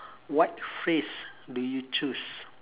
what phrase do you choose